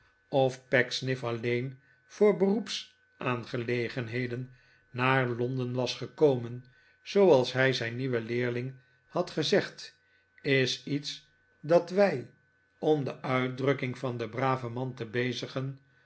of pecksniff alleen voor beroeps aangelegenheden naar londen was gekomen zooals hij zijn nieuwen leerling had gezegd is iets dat wij om de uitdrukking van den braven man te bezigen